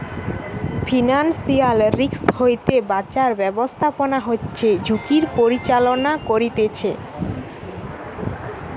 financial risk হইতে বাঁচার ব্যাবস্থাপনা হচ্ছে ঝুঁকির পরিচালনা করতিছে